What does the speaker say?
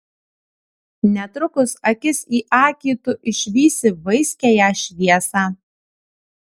netrukus akis į akį tu išvysi vaiskiąją šviesą